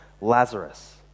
Lazarus